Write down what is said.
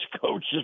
coaches